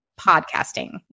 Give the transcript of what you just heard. podcasting